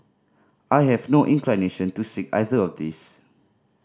I have no inclination to seek either of these